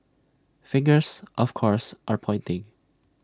fingers of course are pointing